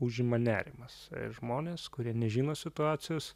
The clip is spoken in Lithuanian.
užima nerimas žmonės kurie nežino situacijos